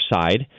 side